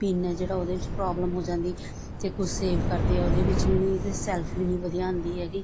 pin ਹੈ ਜਿਹੜਾ ਉਹਦੇ 'ਚ ਪ੍ਰੋਬਲਮ ਹੋ ਜਾਂਦੀ ਜੇ ਕੁਛ ਸੇਵ ਕਰਦੇ ਹੈ ਉਹਦੇ ਵਿੱਚ ਵੀ ਨਹੀਂ ਅਤੇ ਸੈਲਫੀ ਵੀ ਨਹੀਂ ਵਧੀਆ ਆਉਂਦੀ ਹੈ